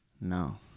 No